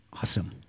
Awesome